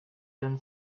than